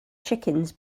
chickens